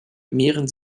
mehren